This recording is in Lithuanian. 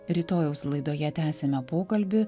rytojaus laidoje tęsime pokalbį